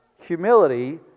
Humility